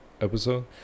episode